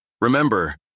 Remember